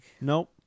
Nope